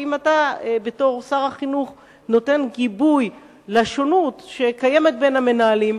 כי אם אתה בתור שר החינוך נותן גיבוי לשונות שקיימת בין המנהלים,